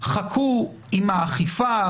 חכו עם האכיפה,